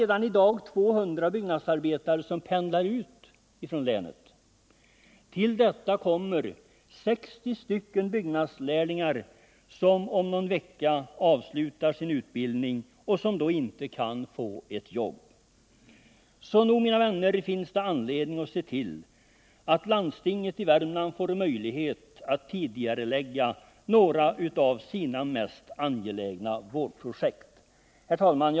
Redan i dag har vi 200 byggnadsarbetare som pendlar ut från länet. Till detta kommer 60 byggnadslärlingar, som om någon vecka avslutar sin utbildning och som då inte kan få ett jobb. Så nog finns det, mina vänner, anledning att se till att landstinget i Värmland får möjlighet att tidigarelägga några av sina mest angelägna vårdprojekt. Herr talman!